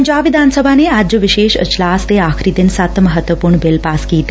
ਪੰਜਾਬ ਵਿਧਾਨ ਸਭਾ ਨੇ ਅੱਜ ਵਿਸ਼ੇਸ਼ ਇਜਲਾਸ ਦੇ ਆਖਰੀ ਦਿਨ ਸੱਤ ਮਹੱਤਵਪੁਰਨ ਬਿੱਲ ਪਾਸ ਕੀਤੇ